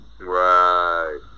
Right